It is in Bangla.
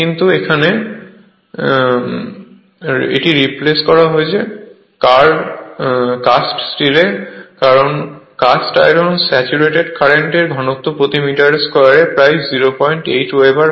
কিন্তু এখন এটি রিপ্লেস হয়েছে কাস্ট স্টিলে কারণ হল কাস্ট আয়রন স্যাচুরেটেড কারেন্টের ঘনত্ব প্রতি মিটার স্কোয়ারে প্রায় 08 ওয়েবার হয়